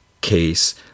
case